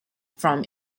from